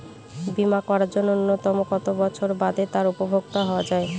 বীমা করার জন্য ন্যুনতম কত বছর বাদে তার উপভোক্তা হওয়া য়ায়?